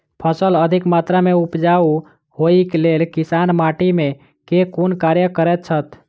फसल अधिक मात्रा मे उपजाउ होइक लेल किसान माटि मे केँ कुन कार्य करैत छैथ?